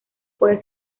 puede